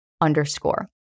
underscore